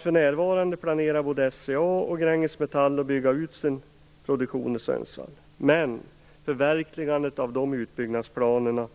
För närvarande planerar både SCA och Gränges Metall att bygga ut sin produktion i Sundsvall, men förverkligandet av dessa utbyggnadsplaner